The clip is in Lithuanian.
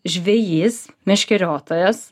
žvejys meškeriotojas